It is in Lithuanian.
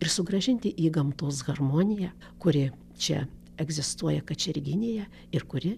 ir sugrąžinti į gamtos harmoniją kuri čia egzistuoja kačerginėje ir kuri